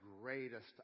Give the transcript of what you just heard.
greatest